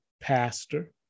pastor